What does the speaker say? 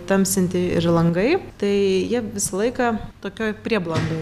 tamsinti ir langai tai jie visą laiką tokioj prieblandoj